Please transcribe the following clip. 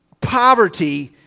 poverty